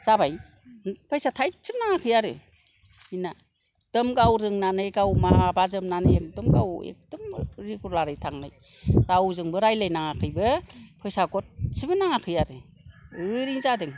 जाबाय फैसा थायसेबो नाङाखै आरो बिना एखदम गाव रोंनानै गाव माबाजोबनानै एखदम गाव रेगुलारै थांनाय रावजोंबो रायलायनांयाखैबो फैसा गरसेबो नाङाखै आरो ओरैनो जादों